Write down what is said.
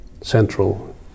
central